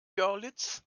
görlitz